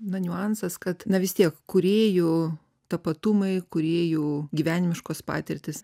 na niuansas kad na vis tiek kūrėjų tapatumai kūrėjų gyvenimiškos patirtys